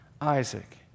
Isaac